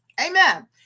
Amen